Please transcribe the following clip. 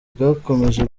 bwakomeje